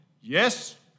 yes